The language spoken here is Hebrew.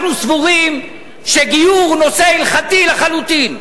אנחנו סבורים שגיור הוא נושא הלכתי לחלוטין.